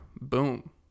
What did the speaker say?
boom